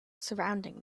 surrounding